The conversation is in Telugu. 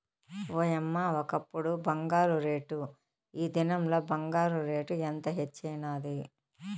ఓయమ్మ, ఒకప్పుడు బంగారు రేటు, ఈ దినంల బంగారు రేటు ఎంత హెచ్చైనాది